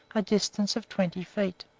a distance of twenty feet.